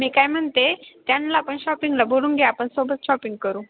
मी काय म्हणते त्यांना आपण शॉपिंगला बोलवून घे आपण सोबत शॉपिंग करू